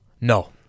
No